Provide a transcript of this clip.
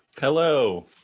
Hello